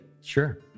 Sure